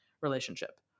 relationship